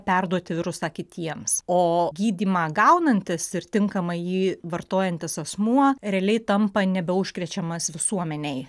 perduoti virusą kitiems o gydymą gaunantis ir tinkamai jį vartojantis asmuo realiai tampa nebeužkrečiamas visuomenei